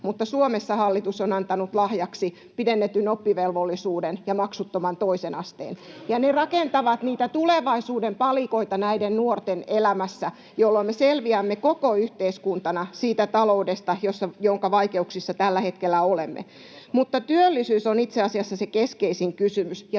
mutta Suomessa hallitus on antanut lahjaksi pidennetyn oppivelvollisuuden ja maksuttoman toisen asteen, ja ne rakentavat niitä tulevaisuuden palikoita näiden nuorten elämässä, jolloin me selviämme koko yhteiskuntana niistä talousvaikeuksista, joissa tällä hetkellä olemme. Työllisyys on itse asiassa se keskeisin kysymys,